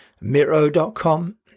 Miro.com